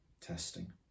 testing